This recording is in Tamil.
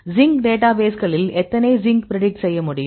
சிங்க் டேட்டாபேஸ்களில் எத்தனை சிங்கை பிரடிக்ட் செய்ய முடியும்